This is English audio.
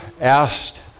asked